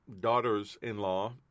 daughters-in-law